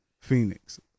Phoenix